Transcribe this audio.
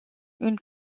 une